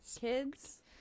kids